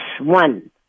one